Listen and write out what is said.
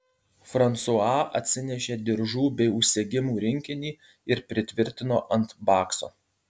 fransua atsinešė diržų bei užsegimų rinkinį ir pritvirtino ant bakso